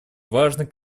важный